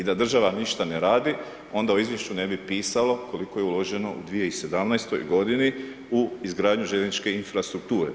I da država ništa ne radi, onda u izvješću ne bi pisalo koliko je uloženo u 2017. godini u izgradnju željezničke infrastrukture.